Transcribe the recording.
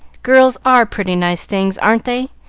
girls are pretty nice things, aren't they?